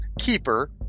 keeper